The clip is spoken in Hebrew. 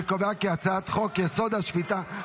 אני קובע כי הצעת חוק-יסוד: השפיטה,